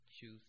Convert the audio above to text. choose